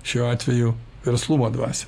šiuo atveju verslumo dvasią